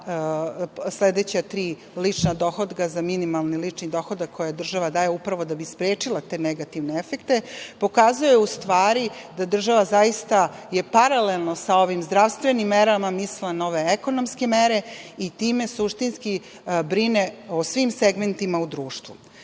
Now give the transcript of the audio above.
sledeća tri lična dohotka za minimalni lični dohodak koji država daje, upravo da bi sprečila te negativne efekte, pokazuje, u stvari, da država zaista je paralelno sa ovim zdravstvenim merama mislila na ove ekonomske mere i time suštinski brine o svim segmentima u društvu. Danas